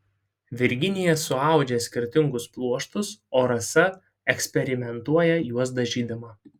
virginija suaudžia skirtingus pluoštus o rasa eksperimentuoja juos dažydama